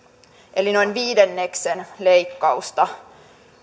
eli noin viidenneksen leikkausta